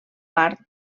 part